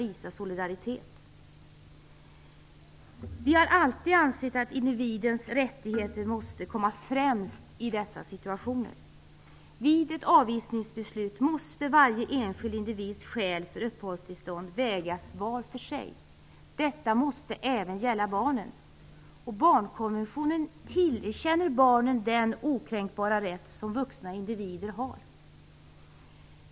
Vi liberaler har alltid ansett att individens rättigheter måste komma främst i dessa situationer. Vid ett avvisningsbeslut måste varje enskild individs skäl för uppehållstillstånd vägas var för sig. Detta måste även gälla barnen. Barnkonventionen tillerkänner barnen den okränkbara rätt som vuxna individer har.